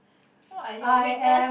what are your weakness